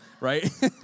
right